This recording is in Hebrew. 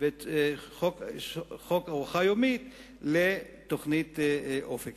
וחוק ארוחה יומית לתוכנית "אופק חדש".